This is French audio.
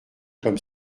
comme